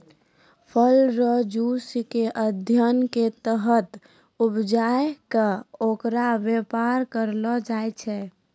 फल रो जुस के अध्ययन के तहत उपजाय कै ओकर वेपार करलो जाय छै